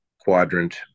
quadrant